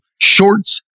shorts